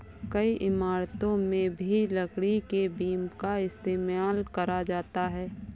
कई इमारतों में भी लकड़ी के बीम का इस्तेमाल करा जाता है